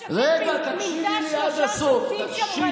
אילת שקד מינתה שלושה שופטים שמרנים.